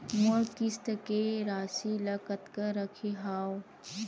मोर किस्त के राशि ल कतका रखे हाव?